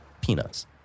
peanuts